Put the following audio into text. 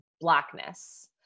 blackness